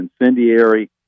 incendiary